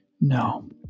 No